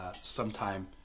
sometime